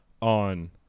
on